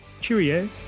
Cheerio